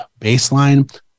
baseline